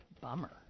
bummer